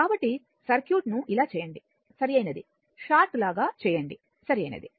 కాబట్టి సర్క్యూట్ను ఇలా చేయండి సరైనది షార్ట్ లాగా చేయండి సరైనది